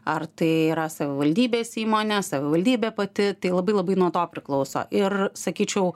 ar tai yra savivaldybės įmonė savivaldybė pati tai labai labai nuo to priklauso ir sakyčiau